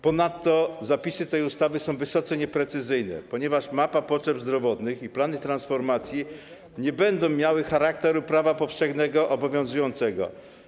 Ponadto zapisy tej ustawy są wysoce nieprecyzyjne, ponieważ mapa potrzeb zdrowotnych i plany transformacji nie będą miały charakteru prawa powszechnie obowiązującego.